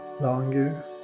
longer